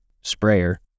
sprayer